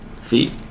Feet